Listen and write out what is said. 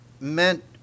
meant